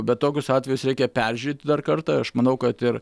bet tokius atvejus reikia peržiūrėti dar kartą ir aš manau kad ir